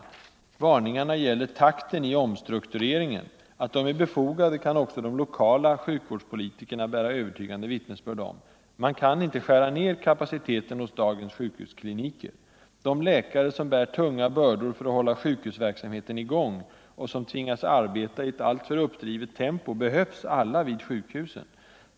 Varningarna gäller takten i omstruktureringen. Att de är befogade kan också de lokala sjukvårdspolitikerna bära övertygande vittnesbörd om. Man kan inte skära ned kapaciteten hos dagens sjukhuskliniker. De läkare som bär tunga bördor för att hålla sjukhusverksamheten i gång och som tvingas arbeta i ett alltför uppdrivet tempo behövs alla vid sjukhusen.